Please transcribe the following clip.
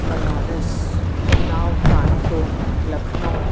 Banaras Unnao Kanpur Lucknow